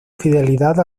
fidelidad